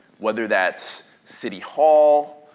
whether that's city hall,